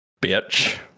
bitch